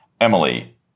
Emily